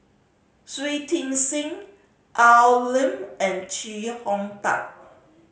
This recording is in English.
Shui Tit Sing Al Lim and Chee Hong Tat